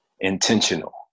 intentional